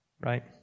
right